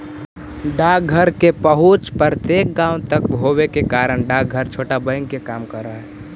डाकघर के पहुंच प्रत्येक गांव तक होवे के कारण डाकघर छोटा बैंक के काम करऽ हइ